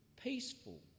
peaceful